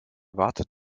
wartet